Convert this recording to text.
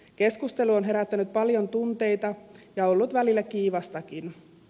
keskustelu on herättänyt paljon tunteita ja ollut välillä kiivastakin